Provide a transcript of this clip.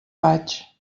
vaig